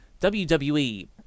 WWE